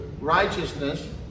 righteousness